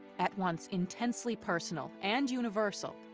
at once intensely personal and universal,